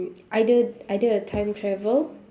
either either a time travel